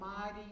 mighty